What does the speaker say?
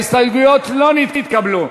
ההסתייגויות לא התקבלו.